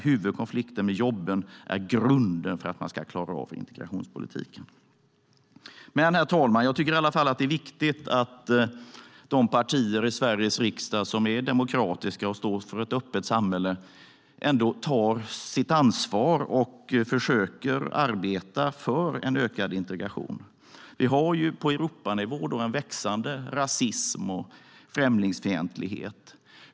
Huvudkonflikten - jobben - är grunden för att man ska klara integrationspolitiken. Herr talman! Jag tycker i alla fall att det är viktigt att de partier i Sveriges riksdag som är demokratiska och står för ett öppet samhälle ändå tar sitt ansvar och försöker arbeta för en ökad integration. Vi har på Europanivå en växande rasism och främlingsfientlighet.